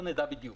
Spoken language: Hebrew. לא נדע בדיוק.